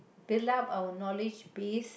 build up our knowledge base